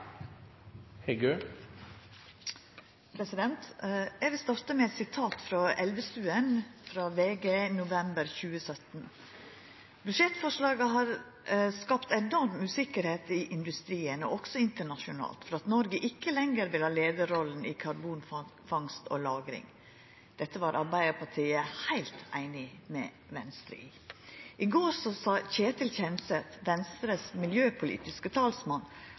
Eg vil starta med eit sitat frå Elvestuen, frå VG i november 2017: «Budsjettforslaget har skapt enorm usikkerhet i industrien, og også internasjonalt, for at Norge ikke lenger vil ha lederrollen i karbonfangst og lagring.» Dette var Arbeidarpartiet heilt einig med Venstre i. I går sa Ketil Kjenseth, Venstres miljøpolitiske talsmann,